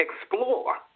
explore